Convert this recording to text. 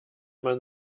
man